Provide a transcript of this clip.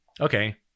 Okay